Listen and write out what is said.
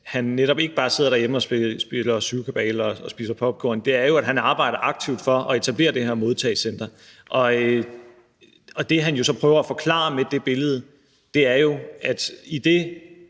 han netop ikke bare sidder derhjemme og lægger syvkabale og spiser popcorn, men at han arbejder aktivt på at etablere det her modtagecenter. Det, han så prøver at forklare med det billede, er jo, at i det